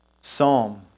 Psalm